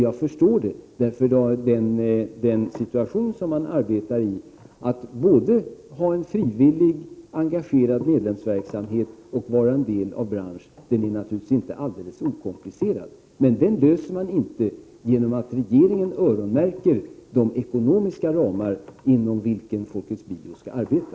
Jag förstår det, eftersom den situation man arbetar i — att både ha en frivillig, engagerad medlemsverksamhet och vara en del av en bransch — naturligtvis inte är alldeles okomplicerad. Men denna situation underlättas inte genom att regeringen öronmärker de ekonomiska ramar inom vilka Folkets Bio skall arbeta.